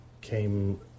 came